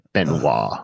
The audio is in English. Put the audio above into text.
Benoit